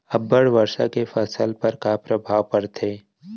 अब्बड़ वर्षा के फसल पर का प्रभाव परथे?